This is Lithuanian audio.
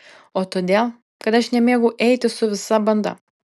o todėl kad aš nemėgau eiti su visa banda